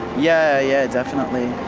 yeah yeah, definitely.